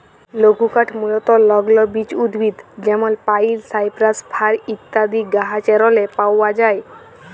লঘুকাঠ মূলতঃ লগ্ল বিচ উদ্ভিদ যেমল পাইল, সাইপ্রাস, ফার ইত্যাদি গাহাচেরলে পাউয়া যায়